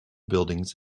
buildings